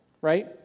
right